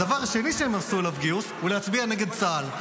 הדבר השני שהם עשו עליו גיוס הוא להצביע נגד צה"ל.